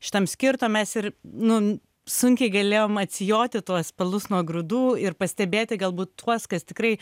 šitam skirta mes ir nu sunkiai galėjom atsijoti tuos pelus nuo grūdų ir pastebėti galbūt tuos kas tikrai